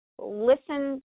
listen